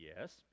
Yes